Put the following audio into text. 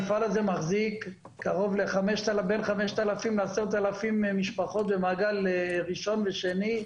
המפעל הזה מחזיק קרוב בין 5,000 ל-10,000 משפחות במעגל ראשון ושני.